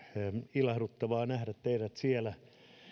ilahduttavaa nähdä teidät siellä